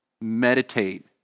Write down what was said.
meditate